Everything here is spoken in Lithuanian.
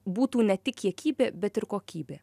būtų ne tik kiekybė bet ir kokybė